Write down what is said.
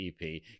EP